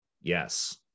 Yes